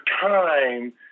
time